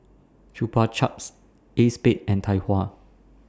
Chupa Chups ACEXSPADE and Tai Hua